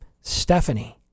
Stephanie